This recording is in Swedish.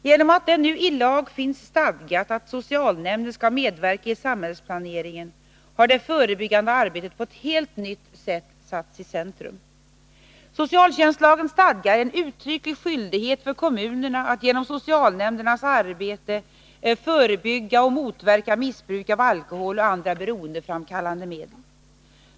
Genom att det nu i lag finns stadgat att socialnämnden skall medverka i samhällsplaneringen har det förebyggande arbetet på ett helt nytt sätt satts i centrum. Socialtjänstlagen stadgar en uttrycklig skyldighet för kommunerna att genom socialnämndernas arbete förebygga och motverka missbruk av alkohol och andra beroendeframkallande medel.